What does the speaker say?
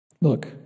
Look